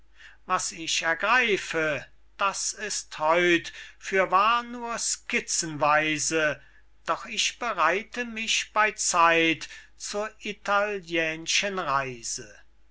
was ich ergreife das ist heut fürwahr nur skizzenweise doch ich bereite mich bey zeit zur italiän'schen reise